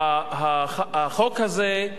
החוק הזה,